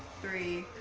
three.